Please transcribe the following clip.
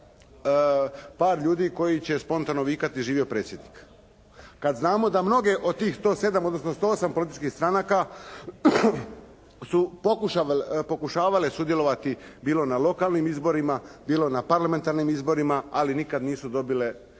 par ljudi koji će spontano vikati živio predsjednik? Kad znamo da mnoge od tih 107, odnosno 108 političkih stranaka su pokušavale sudjelovati bilo na lokalnim izborima, bilo na parlamentarnim izborima, ali nikad nisu dobile